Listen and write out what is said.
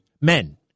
men